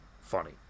funny